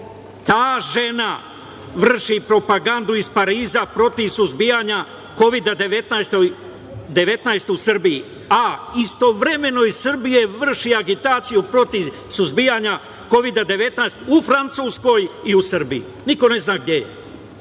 Ta žena vrši propagandu iz Pariza protiv suzbijanja kovida-19 u Srbiji, a istovremeno iz Srbije vrši agitaciju protiv suzbijanja kovida-19 u Francuskoj i u Srbiji, niko ne zna gde je.